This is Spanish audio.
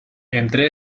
entre